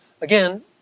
Again